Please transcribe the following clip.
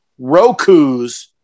Rokus